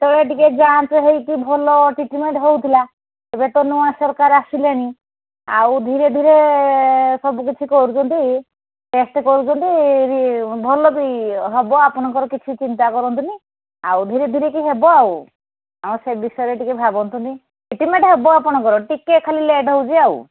ସେତେବେଳେ ଟିକେ ଯାଞ୍ଚ ହେଇ କି ଭଲ ଟ୍ରିଟ୍ମେଣ୍ଟ୍ ହେଉ ଥିଲା ଏବେ ତ ନୂଆ ସରକାର ଆସିଲେଣି ଆଉ ଧିରେ ଧିରେ ସବୁ କିଛି କରୁଛନ୍ତି ଟେଷ୍ଟ୍ କରୁଛନ୍ତି ଭଲ ବି ହେବ ଆପଣଙ୍କର କିଛି ଚିନ୍ତା କରନ୍ତୁନି ଆଉ ଧିରେ ଧିରେ କି ହେବ ଆଉ ଆଉ ସେ ବିଷୟରେ ଟିକେ ଭାବନ୍ତୁନି ଟ୍ରିଟମେଣ୍ଟ୍ ହେବ ଆପଣଙ୍କର ଟିକେ ଖାଲି ଲେଟ୍ ହେଉଛି ଆଉ